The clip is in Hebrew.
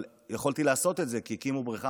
אבל יכולתי לעשות את זה כי הקימו בריכה